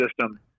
system